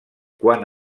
quant